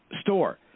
store